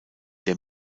der